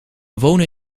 wonen